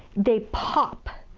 they pop.